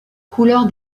couleur